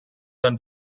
than